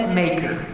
maker